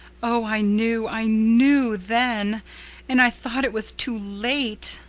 oh, i knew i knew then and i thought it was too late.